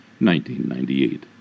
1998